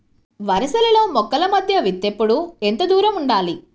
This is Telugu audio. వరసలలో మొక్కల మధ్య విత్తేప్పుడు ఎంతదూరం ఉండాలి?